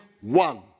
one